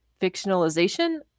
fictionalization